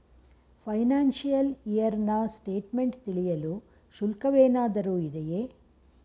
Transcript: Financial year ನ statement ತಿಳಿಯಲು ಶುಲ್ಕವೇನಾದರೂ ಇದೆಯೇ?